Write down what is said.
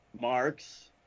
Marks